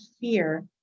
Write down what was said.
fear